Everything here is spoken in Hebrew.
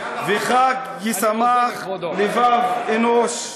וחג ישמח לבב אנוש.